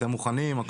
אתם מוכנים?